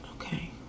Okay